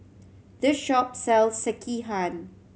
this shop sells Sekihan